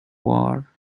war